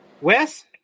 Wes